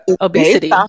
obesity